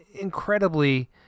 incredibly